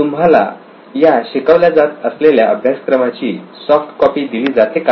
तुम्हाला या शिकवल्या जात असलेल्या अभ्यासक्रमाची सॉफ्ट कॉपी दिली जाते का